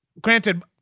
granted